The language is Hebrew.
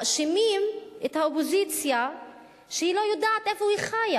מאשימים את האופוזיציה שהיא לא יודעת איפה היא חיה,